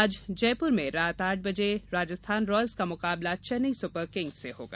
आज जयपुर में रात आठ बजे राजस्थान रॉयल्स का मुकाबला चेन्नई सुपर किंग्स से होगा